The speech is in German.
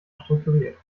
strukturiert